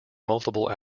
multiple